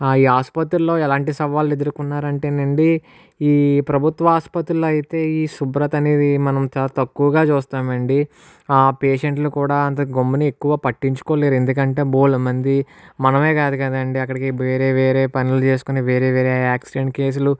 ఈ ఆసుపత్రులలో ఎలాంటి సవాళ్ళు ఎదుర్కొన్నారు అంటే అండి ఈ ప్రభుత్వ ఆసుపత్రులలో అయితే ఈ శుభ్రత అనేది మనం చాలా తక్కువగా చూస్తామండి ఆ పేషంట్లు కూడా అంత గమ్మున ఎక్కువ పట్టించుకోలేరు ఎందుకంటే బోలెడు మంది మనమే కాదు కదండి అక్కడికి వేరే వేరే పనులు చేసుకొని వేరే వేరే యాక్సిడెంట్ కేసులు